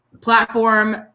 platform